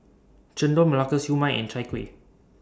Chendol Melaka Siew Mai and Chai Kuih